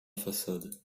façade